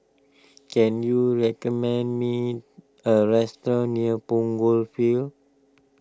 can you recommend me a restaurant near Punggol Field